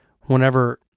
whenever